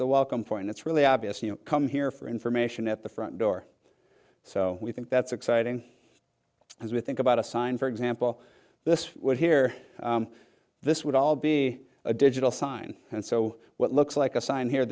the welcome point it's really obvious you come here for information at the front door so we think that's exciting as we think about a sign for example this would here this would all be a digital sign and so what looks like a sign here